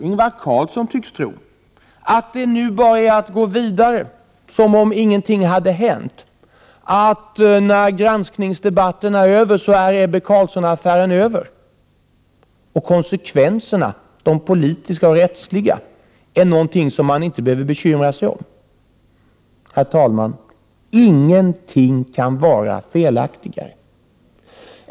Ingvar Carlsson tycks tro att det nu bara är att gå vidare som om ingenting hade hänt, att när granskningsdebatten är över är Ebbe Carlsson-affären över, och konsekvenserna, de politiska och rättsliga, är någonting man inte behöver bekymra sig om. Herr talman! Ingenting kan vara felaktigare.